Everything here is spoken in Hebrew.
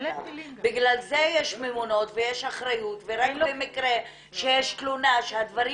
בגלל זה יש ממונות ויש אחריות ורק במקרה שיש תלונה שהדברים